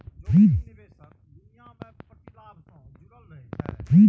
जोखिम निवेशक दुनिया मे प्रतिलाभ सं जुड़ल रहै छै